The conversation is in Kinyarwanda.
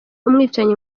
umwicanyi